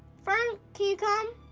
fern, can you come?